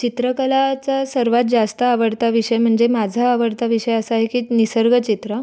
चित्रकलाचा सर्वात जास्त आवडता विषय म्हणजे माझा आवडता विषय असा आहे की निसर्गचित्र